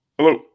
Hello